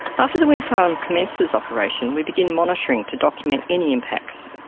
after the wind farm commences operation, we begin monitoring to document any impacts.